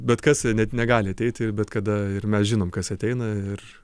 bet kas net negali ateiti bet kada ir mes žinom kas ateina ir